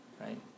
right